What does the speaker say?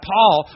Paul